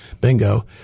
bingo